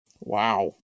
Wow